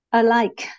alike